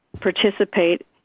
participate